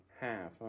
half